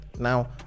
Now